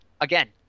again